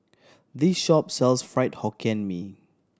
this shop sells Fried Hokkien Mee